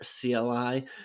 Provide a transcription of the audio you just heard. CLI